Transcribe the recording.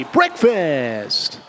Breakfast